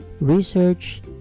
research